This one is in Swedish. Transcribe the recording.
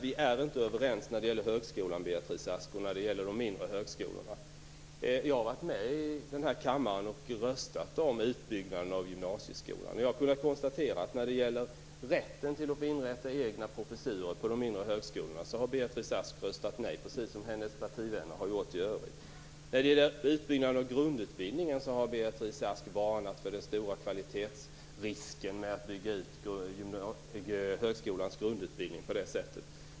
Vi är inte överens när det gäller högskolan och de mindre högskolorna, Beatrice Ask! Jag var med i denna kammare när vi röstade om utbyggnaden av högskolan. När det gäller rätten att få inrätta egna professurer vid de mindre högskolorna konstaterar jag att Beatrice Ask, precis som hennes partivänner i övrigt, har röstat nej. När det gäller utbyggnaden av grundutbildningen har Beatrice Ask varnat för den stora kvalitetsrisken med att bygga ut högskolans grundutbildning på det sättet.